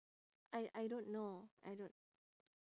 I I don't know I don't